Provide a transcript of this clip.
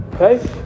Okay